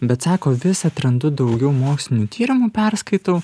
bet sako vis atrandu daugiau mokslinių tyrimų perskaitau